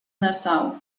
nassau